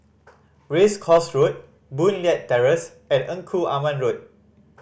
Race Course Road Boon Leat Terrace and Engku Aman Road